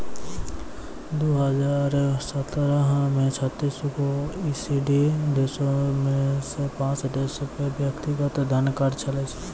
दु हजार सत्रह मे छत्तीस गो ई.सी.डी देशो मे से पांच देशो पे व्यक्तिगत धन कर छलै